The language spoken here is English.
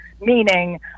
meaning